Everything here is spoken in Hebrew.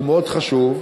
הוא מאוד חשוב,